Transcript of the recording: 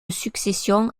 succession